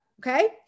Okay